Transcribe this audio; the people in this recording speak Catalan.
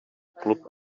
club